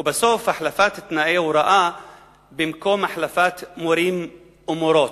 ובסוף: החלפת תנאי ההוראה במקום החלפת מורים ומורות.